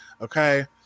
Okay